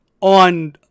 on